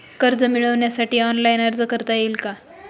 कर्ज मिळविण्यासाठी ऑनलाइन अर्ज करता येईल का?